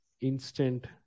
instant